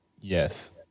Yes